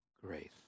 grace